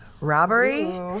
robbery